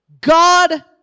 God